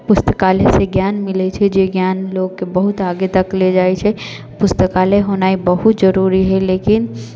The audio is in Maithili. पुस्तकालयसँ ज्ञान मिलै छै जे ज्ञान लोकके बहुत आगे तक ले जाइ छै पुस्तकालय होनाइ बहुत जरूरी हइ लेकिन